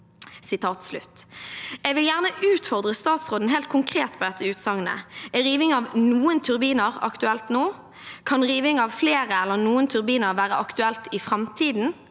Jeg vil gjerne utfordre statsråden helt konkret på dette utsagnet. Er riving av noen turbiner aktuelt nå? Kan riving av flere eller noen turbiner være aktuelt i framtiden?